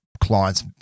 clients